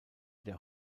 der